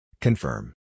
Confirm